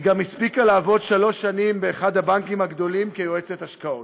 היא גם הספיקה לעבוד שלוש שנים באחד הבנקים הגדולים כיועצת השקעות.